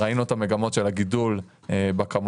ראינו את המגמות של הגידול בכמויות,